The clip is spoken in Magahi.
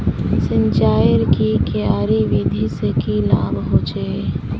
सिंचाईर की क्यारी विधि से की लाभ होचे?